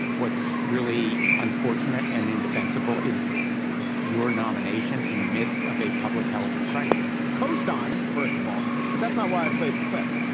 what's really unfortunate and indefensible is your nomination in the midst of a public health crisis cosine, first of all. but that's not why i played the clip.